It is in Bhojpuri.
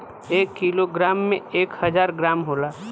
एक कीलो ग्राम में एक हजार ग्राम होला